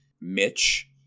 Mitch